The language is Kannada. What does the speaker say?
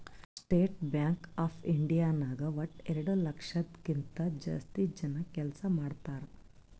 ಸ್ಟೇಟ್ ಬ್ಯಾಂಕ್ ಆಫ್ ಇಂಡಿಯಾ ನಾಗ್ ವಟ್ಟ ಎರಡು ಲಕ್ಷದ್ ಕಿಂತಾ ಜಾಸ್ತಿ ಜನ ಕೆಲ್ಸಾ ಮಾಡ್ತಾರ್